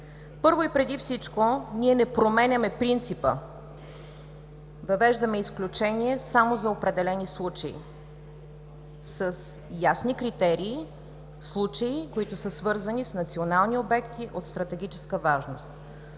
Първо и преди всичко, ние не променяме принципа. Въвеждаме изключение само за определени случаи – с ясни критерии, случаи, които са свързани с национални обекти от стратегическа важност,